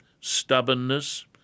stubbornness